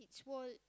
its wall